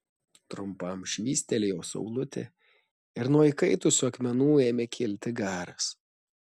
trumpam švystelėjo saulutė ir nuo įkaitusių akmenų ėmė kilti garas